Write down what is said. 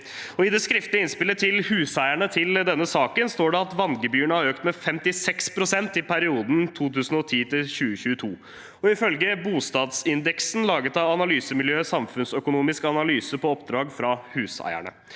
I det skriftlige innspillet til huseierne til denne saken står det at vanngebyrene har økt med 56 pst. i perioden 2010–2022, ifølge bostedsindeksen laget av analysemiljøet Samfunnsøkonomisk analyse på oppdrag fra Huseierne.